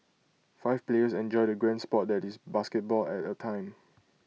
five players enjoy the grand Sport that is basketball at A time